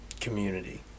community